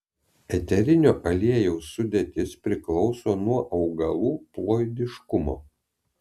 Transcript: eterinio aliejaus sudėtis priklauso nuo augalų ploidiškumo